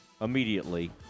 immediately